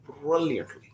brilliantly